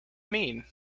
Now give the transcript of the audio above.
mean